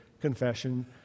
confession